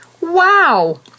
Wow